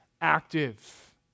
active